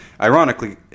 Ironically